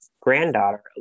granddaughter